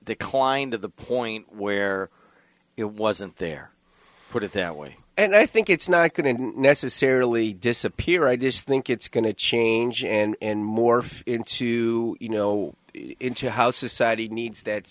declined to the point where it wasn't there put it that way and i think it's not going to necessarily disappear i just think it's going to change and morph into you know into how society needs that